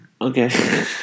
Okay